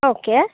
okay